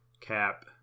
Cap